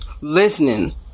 listening